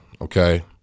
okay